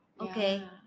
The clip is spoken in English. Okay